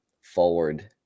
forward